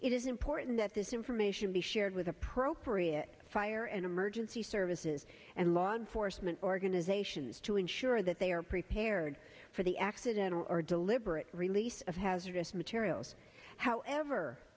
it is important that this information be shared with appropriate fire and emergency services and law enforcement organizations to ensure that they are prepared for the accidental or deliberate release of hazardous materials however